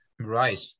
right